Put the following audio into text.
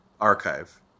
archive